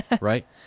right